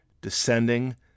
descending